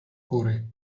kury